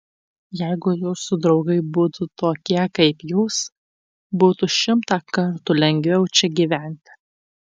jeigu jūsų draugai būtų tokie kaip jūs būtų šimtą kartų lengviau čia gyventi